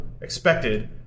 expected